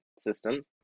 system